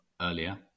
earlier